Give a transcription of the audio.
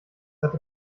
hatte